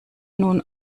nun